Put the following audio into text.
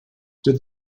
did